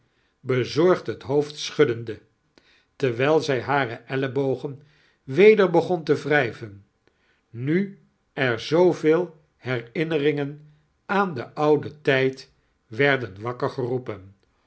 bezorgd het hoofd schuddende terwijl zij hare euebogen weder begon te wrijvetn nu er zooveel heirinneringen aan den ouden tijd wenrden wakker gemoepen